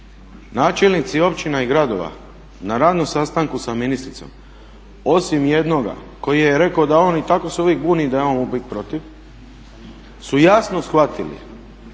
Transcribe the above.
Načelnici općina i gradova na radnom sastanku sa ministricom osim jednoga koji je rekao da on i tako se uvijek buni i da je on uvijek protiv, su jasno shvatili